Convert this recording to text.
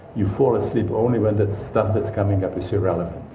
you fall asleep only when the stuff that's coming up is irrelevant.